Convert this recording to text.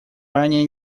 ранее